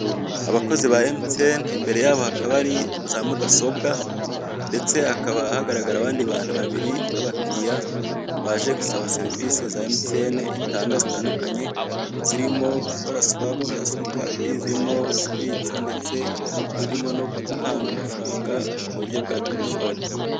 Abakozi ba MTN, imbere yabo hakaba hari za mudasobwa, ndetse hakaba hagaragara abandi bantu babiri b'abakiriya baje gusaba serivisi za MTN itanga zitandukanye zirimo gukora swapu za simukadi, zirimo kubitsa ndetse zirimo no gutanga amafaranga mu buryo bwa terefone.